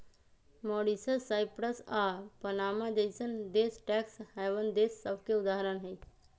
Mauritius, Cyprus आऽ Panama जइसन्न देश टैक्स हैवन देश सभके उदाहरण हइ